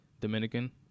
Dominican